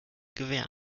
gewehr